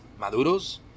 maduros